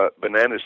bananas